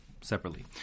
separately